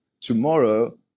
tomorrow